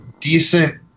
decent